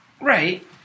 Right